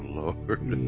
lord